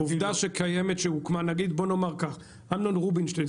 בוא נאמר כך: אמנון רובינשטיין,